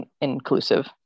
inclusive